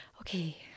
okay